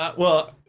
but well,